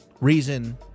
reason